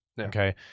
okay